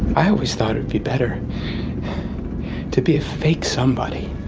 i always thought it'd be better to be a fake somebody.